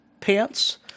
pants